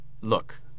Look